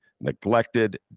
neglected